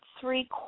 three